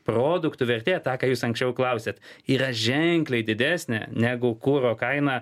produktų vertė tą ką jūs anksčiau klausėt yra ženkliai didesnė negu kuro kaina